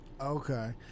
Okay